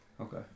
Okay